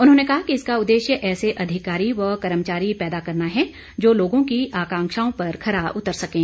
उन्होंने कहा कि इसका उदेश्य ऐसे अधिकारी व कर्मचारी पैदा करना है जो लोगों की आकांक्षाओं पर खरा उतर सकें